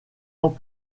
ans